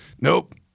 nope